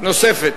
נוספת,